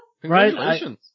Congratulations